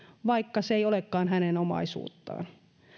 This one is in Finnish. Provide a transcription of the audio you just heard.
vaikka se ei olekaan hänen omaisuuttaan